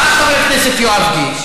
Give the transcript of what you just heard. בא חבר הכנסת יואב קיש